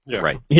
Right